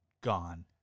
gone